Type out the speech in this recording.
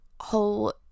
whole